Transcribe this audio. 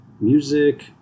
music